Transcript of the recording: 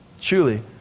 truly